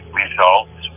results